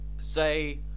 say